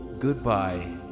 Goodbye